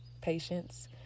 patience